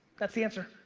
that's the answer.